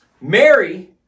Mary